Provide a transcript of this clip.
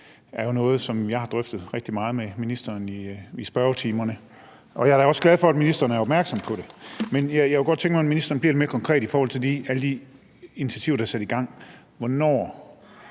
jo noget, som jeg har drøftet rigtig meget med ministeren i spørgetimerne, og jeg er da også glad for, at ministeren er opmærksom på det, men jeg kunne godt tænke mig, at ministeren bliver lidt mere konkret i forhold til alle de initiativer, der er sat i gang. Hvornår